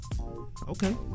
Okay